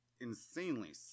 insanely